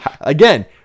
Again